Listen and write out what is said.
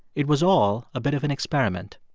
it was all a bit of an experiment,